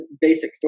basic